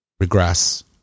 regress